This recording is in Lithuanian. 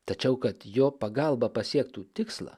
tačiau kad jo pagalba pasiektų tikslą